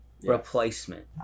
Replacement